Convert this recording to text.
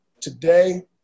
Today